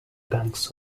banks